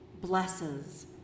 blesses